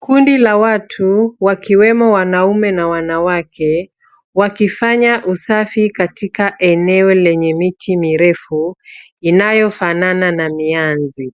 Kundi la watu wakiwemo wanaume na wanawake wakifanya usafi katika eneo lenye miti mirefu inayofanana na mianzi.